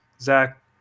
Zach